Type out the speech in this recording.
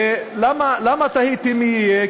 ולמה תהיתי מי יהיה?